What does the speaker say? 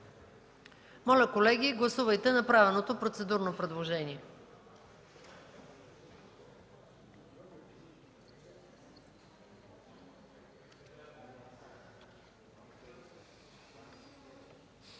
моля гласувайте направеното процедурно предложение.